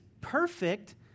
perfect